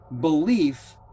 belief